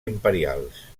imperials